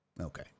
Okay